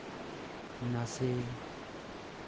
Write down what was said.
ᱱᱟᱥᱮ